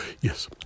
Yes